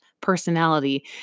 personality